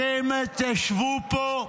אתם תשבו פה?